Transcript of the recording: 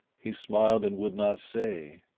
he smiled and would not say,